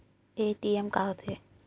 ATM का होथे?